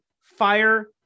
fire